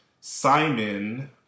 Simon